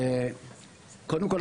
קודם כל,